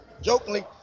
jokingly